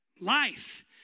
life